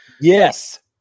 Yes